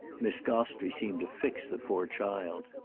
miss gostrey seemed to fix the poor child.